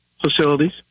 facilities